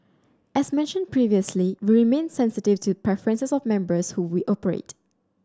as mentioned previously we remain sensitive to preferences of members who we operate